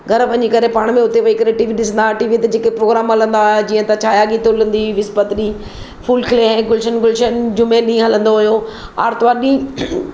घरि वञी करे पाण में हुते वेही करे टी वी ॾिसंदा टी वी ते जेके प्रोग्राम हलंदा हुआ जीअं त छाया गीत हलंदी विस्पत ॾींहं फुल खिले गुलशन गुलशन जूमे डींहं हलंदो हुओ आरितवार ॾींहं